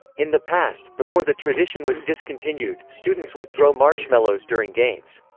in the past, before the tradition was discontinued, students would throw marshmallows during games.